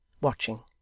watching